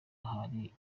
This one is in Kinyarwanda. hari